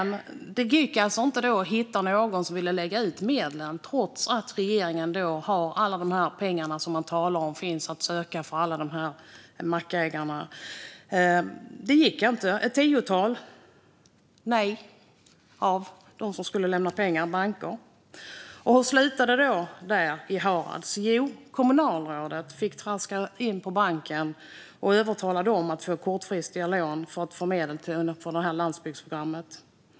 Det gick alltså inte att hitta någon som ville lägga ut dessa medel, trots att regeringen talar om alla dessa pengar som finns att söka för mackägarna. Det kom ett tiotal nej från dem som skulle kunna lämna pengar - banker. Hur slutade det då i Harads? Jo, kommunalrådet fick traska in på banken och övertala den om att man skulle få kortfristiga lån för att sedan få medel från landsbygdsprogrammet.